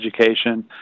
education